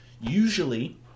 Usually